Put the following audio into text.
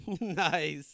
Nice